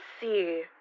see